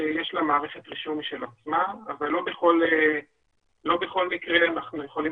יש לה מערכת רישום משל עצמה אבל לא בכל מקרה אנחנו יכולים